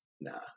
Nah